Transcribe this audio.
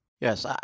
Yes